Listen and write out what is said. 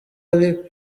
ariko